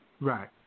Right